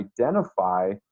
identify